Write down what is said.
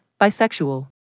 Bisexual